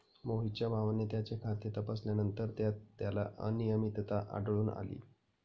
मोहितच्या भावाने त्याचे खाते तपासल्यानंतर त्यात त्याला अनियमितता आढळून आली